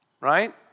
right